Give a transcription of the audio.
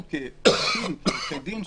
אנחנו כעורכי דין,